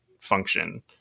function